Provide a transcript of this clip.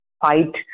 fight